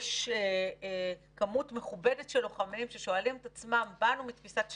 יש כמות מכובדת של לוחמים ששואלים את עצמם: באנו מתפיסת שליחות,